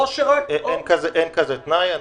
אין כזה תנאי.